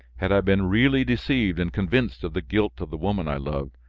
had i been really deceived and convinced of the guilt of the woman i loved,